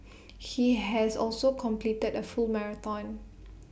he has also completed A full marathon